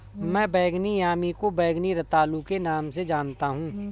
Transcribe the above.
मैं बैंगनी यामी को बैंगनी रतालू के नाम से जानता हूं